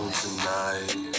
tonight